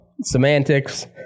semantics